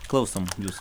klausom jūsų